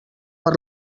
per